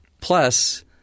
Plus